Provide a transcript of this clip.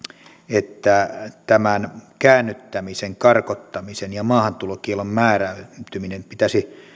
että tämän käännyttämisen karkottamisen ja maahantulokiellon määräytymisen pitäisi